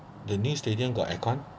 the new stadium got aircon